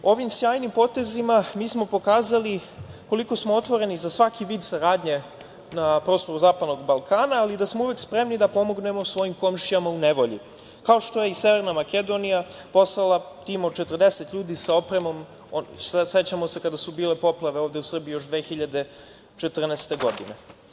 Ovim sjajnim potezima, mi smo pokazali koliko smo otvoreni za svaki vid saradnje na prostoru Zapadnog Balkana, ali i da smo uvek spremni da pomognemo svojim komšijama u nevolji, kao što je i Severna Makedonija poslala tim od 40 ljudi sa opremom, sećamo kada su bile poplave ovde u Srbiji još 2014. godine.